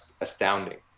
astounding